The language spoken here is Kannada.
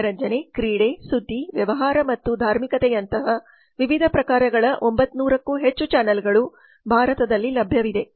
ಮನರಂಜನೆ ಕ್ರೀಡೆ ಸುದ್ದಿ ವ್ಯವಹಾರ ಮತ್ತು ಧಾರ್ಮಿಕತೆಯಂತಹ ವಿವಿಧ ಪ್ರಕಾರಗಳ 900 ಕ್ಕೂ ಹೆಚ್ಚು ಚಾನೆಲ್ಗಳು ಭಾರತದಲ್ಲಿ ಲಭ್ಯವಿದೆ